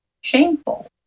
shameful